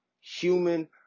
human